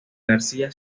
garcía